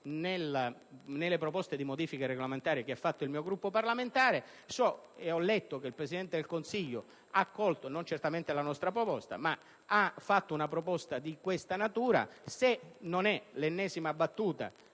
delle proposte di modifica regolamentare avanzate dal mio Gruppo parlamentare. So ed ho letto che il Presidente del Consiglio - che non ha certamente accolto la nostra proposta - ha avanzato una proposta di questa natura e se non è l'ennesima battuta